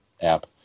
app